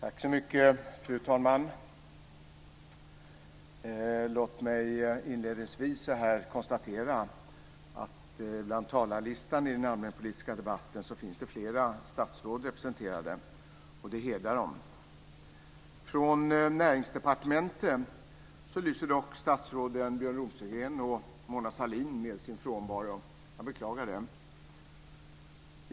Fru talman! Låt mig inledningsvis konstatera att det bland namnen på talarlistan i den allmänpolitiska debatten finns flera statsråd representerade. Det hedrar dem. Från Näringsdepartementet lyser dock statsråden Björn Rosengren och Mona Sahlin med sin frånvaro. Jag beklagar det.